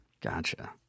Gotcha